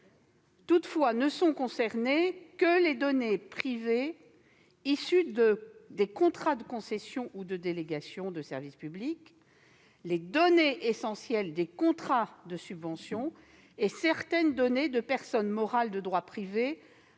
Toutefois, ne sont concernées que les données privées issues des contrats de concession ou de délégation de service public, les données essentielles des contrats de subventions et certaines données de personnes morales de droit privé,